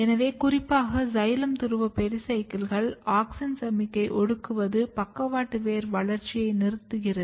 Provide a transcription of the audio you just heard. எனவே குறிப்பாக சைலம் துருவ பெரிசைக்கிள்களில் ஆக்ஸின் சமிக்ஞை ஒடுக்குவது பக்கவாட்டு வேர் வளர்ச்சியை நிறுத்துகிறது